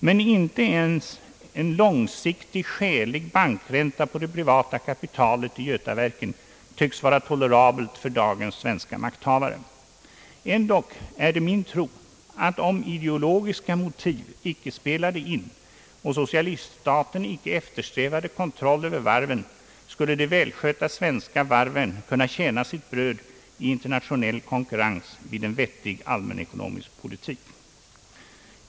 Men inte ens en långsiktig skälig bankränta på det privata kapitalet i Götaverken tycks vara tolerabel för dagens svenska makthavare. Ändock är det min tro, att de välskötta svenska varven, om ideologiska motiv inte spelade in och socialiststaten inte eftersträvade kontroll över varven, skulle kunna tjäna sitt bröd i internationell konkurrens vid en vettig allmänekonomisk politik.